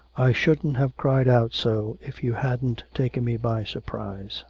i shouldn't have cried out so if you hadn't taken me by surprise.